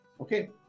okay